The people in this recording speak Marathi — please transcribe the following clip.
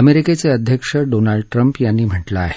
अमेरिकेचे अध्यक्ष डोनाल्ड ट्रंप यांनी म्हटलं आहे